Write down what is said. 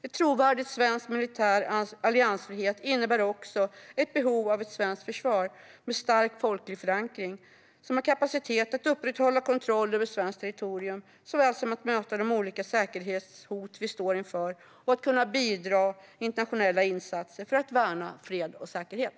En trovärdig svensk militär alliansfrihet innebär också ett behov av ett svenskt försvar med stark folklig förankring som har kapacitet att såväl upprätthålla kontroll över svenskt territorium som att möta de olika säkerhetshot vi står inför och kunna bidra i internationella insatser för att värna fred och säkerhet.